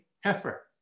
heifer